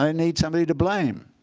um need somebody to blame.